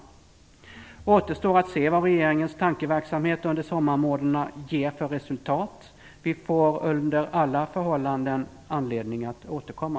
Det återstår att se vad regeringens tankeverksamhet under sommarmånaderna ger för resultat. Vi får under alla förhållanden anledning att återkomma.